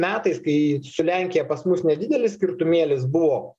metais kai su lenkija pas mus nedidelis skirtumėlis buvo